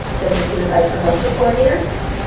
there's the suicide prevention coordinator.